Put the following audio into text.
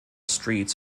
streets